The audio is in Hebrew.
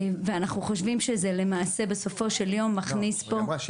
ואנחנו חושבים שבסופו של יום --- אבל היא אמרה שהיא